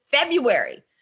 February